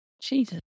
Jesus